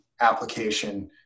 application